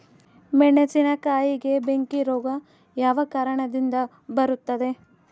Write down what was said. ಮೆಣಸಿನಕಾಯಿಗೆ ಬೆಂಕಿ ರೋಗ ಯಾವ ಕಾರಣದಿಂದ ಬರುತ್ತದೆ?